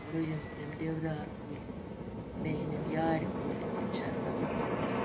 رُوِم تِم دِودار کُلۍ بیٚیہِ أنِم یارِ کُلۍ تِم چھِ آسان زٕ قٕسٕم